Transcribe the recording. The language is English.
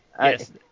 Yes